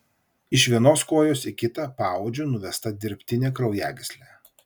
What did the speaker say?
iš vienos kojos į kitą paodžiu nuvesta dirbtinė kraujagyslė